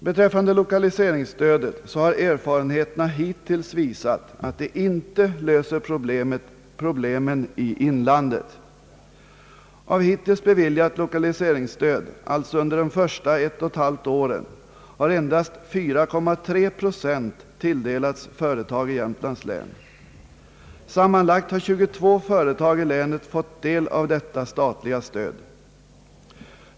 Beträffande lokaliseringsstödet har erfarenheterna hittills visat att detta inte löser problemen i inlandet. Av hittills beviljat lokaliseringsstöd, alltså under de första ett och ett halvt åren, har endast 4,3 procent tilldelats företag i Jämtlands län. Sammanlagt har 22 företag i länet fått del av detta statliga stöd.